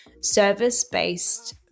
service-based